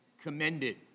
commended